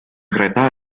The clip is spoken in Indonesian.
kereta